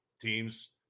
teams